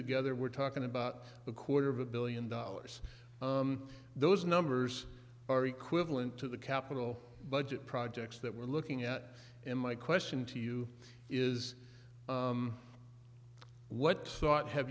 together we're talking about a quarter of a billion dollars those numbers are equivalent to the capital budget projects that we're looking at in my question to you is what